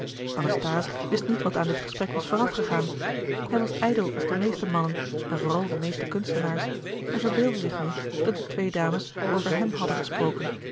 wist niet wat aan dit gesprek was voorafgegaan hij was ijdel als de meeste mannen en vooral de meeste kunstenaars en verbeeldde zich nu dat de twee dames over hem hadden gesproken